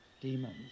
demons